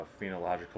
phenological